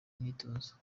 myitozo